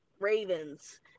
Ravens